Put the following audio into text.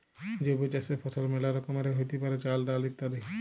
জৈব চাসের ফসল মেলা রকমেরই হ্যতে পারে, চাল, ডাল ইত্যাদি